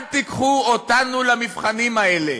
אל תיקחו אותנו למבחנים האלה.